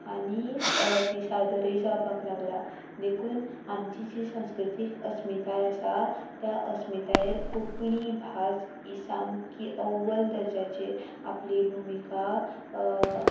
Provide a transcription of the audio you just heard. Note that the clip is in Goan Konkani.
आनी तीं सादरूय जावपाक लागलात देखून आमची जी संस्कृतीक अस्मिताय आसा त्या अस्मितायेर कोंकणी भास ही सामकी अव्वल दर्जाचेर आपली भुमिका